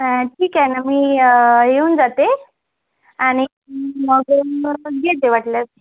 ठीक आहे ना मी येऊन जाते आणि मग म घेते वाटल्यास